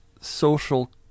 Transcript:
social